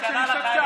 מזה?